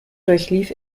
durchlief